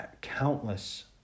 countless